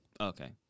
Okay